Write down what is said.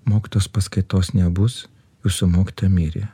mokytojos paskaitos nebus jūsų mokytoja mirė